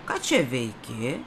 ką čia veiki